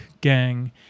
gang